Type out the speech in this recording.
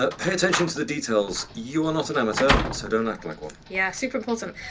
ah pay attention to the details. you are not an amateur so don't act like one. yeah, super-important.